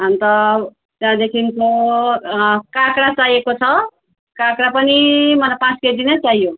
अन्त त्याँदेखिन्को काँक्रा चाहिएको छ काँक्रा पनि मलाई पाँच केजी नै चाहियो